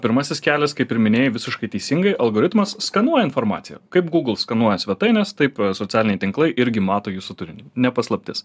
pirmasis kelias kaip ir minėjai visiškai teisingai algoritmas skanuoja informaciją kaip google skanuoja svetainės taip socialiniai tinklai irgi mato jūsų turinį ne paslaptis